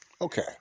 Okay